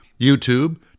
YouTube